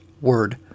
word